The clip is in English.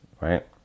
right